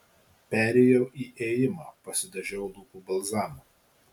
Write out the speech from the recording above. perėjau į ėjimą pasidažiau lūpų balzamu